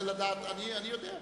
אני יודע.